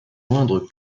moindre